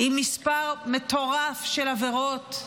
עם מספר מטורף של עבירות,